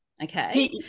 okay